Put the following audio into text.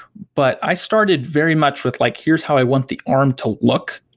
but i started very much with like, here's how i want the arm to look.